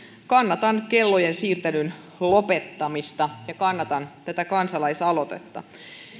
kannatan kellojen siirtelyn lopettamista ja kannatan tätä kansalaisaloitetta